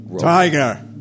Tiger